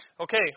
Okay